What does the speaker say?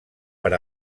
per